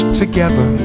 together